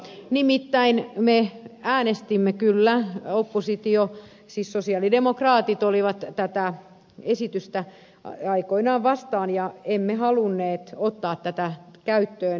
nimittäin me äänestimme kyllä oppositio siis sosialidemokraatit olivat tätä esitystä aikoinaan vastaan ja emme halunneet ottaa tätä käyttöön